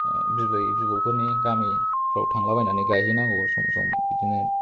बिबै बिबौफोरनि गामिफ्राव थांलाबायनानै गायहैनांगौ सम सम बिदिनो